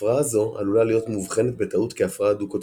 הפרעה זו עלולה להיות מאובחנת בטעות כהפרעה דו-קוטבית.